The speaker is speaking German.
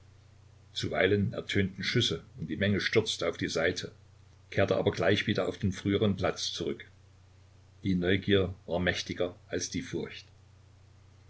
zuweilen ertönten schüsse und die menge stürzte auf die seite kehrte aber gleich wieder auf den früheren platz zurück die neugier war mächtiger als die furcht